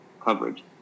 coverage